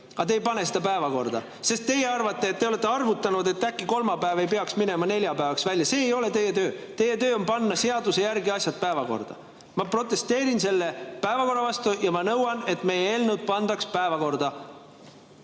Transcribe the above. aga te ei pane seda päevakorda, sest teie arvate, kuna te olete arvutanud, et äkki kolmapäev ei peaks minema neljapäevani välja. See ei ole teie töö. Teie töö on panna seaduse järgi asjad päevakorda. Ma protesteerin selle päevakorra vastu ja ma nõuan, et meie eelnõud pandaks päevakorda.